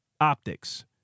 optics